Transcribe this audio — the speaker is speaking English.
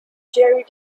jerry